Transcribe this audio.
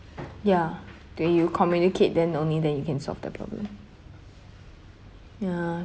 ya then you communicate then only then you can solve that problem ya